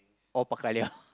all bao ka liao